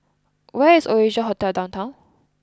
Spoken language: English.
where is Oasia Hotel Downtown